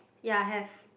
ya have